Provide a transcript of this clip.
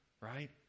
right